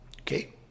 Okay